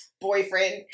boyfriend